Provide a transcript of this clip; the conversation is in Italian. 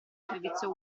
servizio